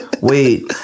Wait